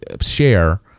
share